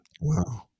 wow